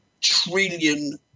trillion